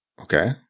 Okay